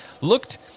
looked